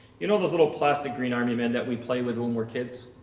you know, those little plastic green army men that we play with when we're kids